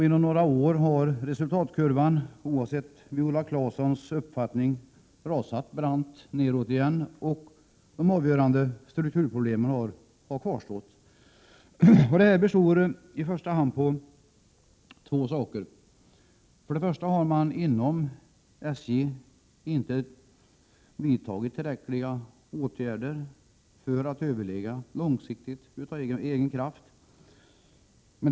Inom några år har resultatkurvan, oavsett Viola Claessons uppfattning, rasat brant nedåt igen, och de avgörande strukturproblemen har kvarstått. Det beror i första hand på två saker. Först och främst har man inom SJ inte vidtagit tillräckliga åtgärder för att av egen kraft överleva långsiktigt.